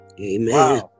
Amen